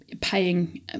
paying